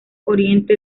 oriente